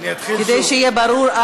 כדי שיהיה ברור,